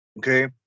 Okay